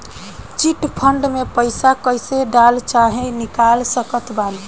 Chit fund मे पईसा कईसे डाल चाहे निकाल सकत बानी?